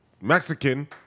Mexican